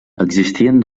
existien